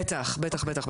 בטח.